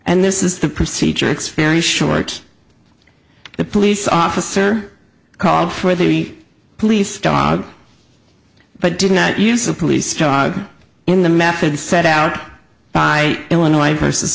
and this is the procedure it's very short the police officer called for the police dogs but did not use a police dog in the method set out by illinois versus